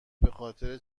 بخاطر